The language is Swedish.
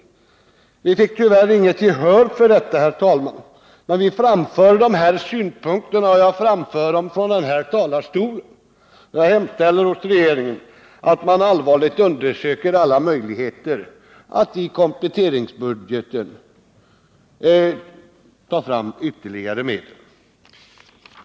Vi fick, herr talman, tyvärr inget gehör för detta förslag, utan jag får nöja mig med att framföra våra synpunkter här från talarstolen. Jag hemställer således att regeringen allvarligt undersöker alla möjligheter att i kompletteringspropositionen anvisa ytterligare medel.